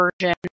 version